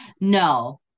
No